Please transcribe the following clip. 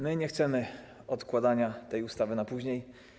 My nie chcemy odkładania tej ustawy na później.